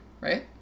Right